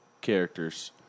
characters